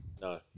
No